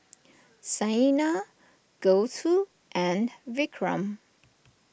Saina Gouthu and Vikram